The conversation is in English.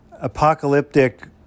apocalyptic